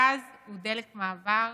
גז הוא דלת מעבר.